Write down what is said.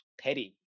Petty